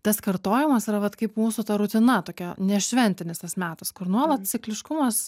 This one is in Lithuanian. tas kartojimas yra vat kaip mūsų ta rutina tokia nešventinis tas metas kur nuolat cikliškumas